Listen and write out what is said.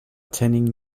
attending